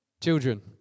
Children